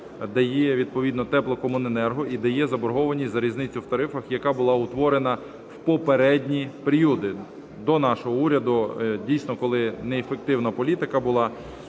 теплокомуненерго і де є заборгованість за різницею в тарифах, яка була утворена в попередні періоди, до нашого уряду, дійсно, коли неефективна політика була.